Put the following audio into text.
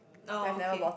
orh okay